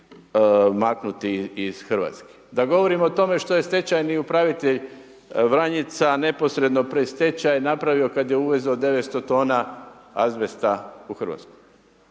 maknuti iz Hrvatske. Da govorim o tome što je stečajni upravitelj Vranjica neposredno pred stečaj napravio kada je uvezao 900 tona azbesta u Hrvatsku.